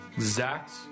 Zach's